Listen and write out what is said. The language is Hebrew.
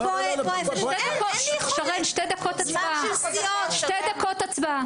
שתי דקות הצבעה.